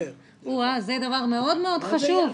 זה דבר מאוד מאוד חשוב.